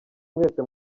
mwese